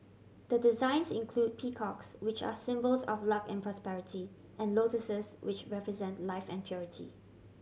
the designs include peacocks which are symbols of luck and prosperity and lotuses which represent life and purity